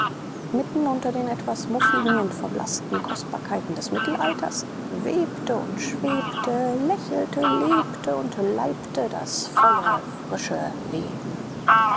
mitten unter den etwas muffigen und verblaßten kostbarkeiten des mittelalters webte und schwebte lächelte lebte und leibte das volle frische leben